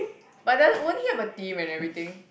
but then won't he have a team and everything